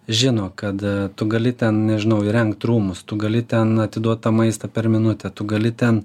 žino kad tu gali ten nežinau įrengt rūmus tu gali ten atiduot tą maistą per minutę tu gali ten